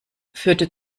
führte